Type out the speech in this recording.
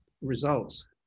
results